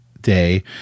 day